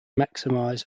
maximize